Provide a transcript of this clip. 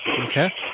Okay